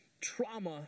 trauma